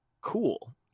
cool